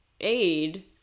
aid